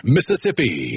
Mississippi